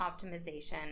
optimization